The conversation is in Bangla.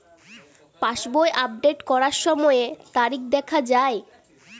পাসবই আপডেট করার সময়ে তারিখ দেখা য়ায়?